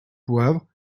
poivre